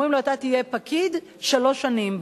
אומרים לו: אתה תהיה פקיד שלוש שנים,